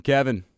Kevin